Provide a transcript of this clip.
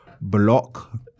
block